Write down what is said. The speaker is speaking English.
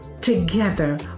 Together